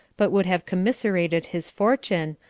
but would have commiserated his fortune,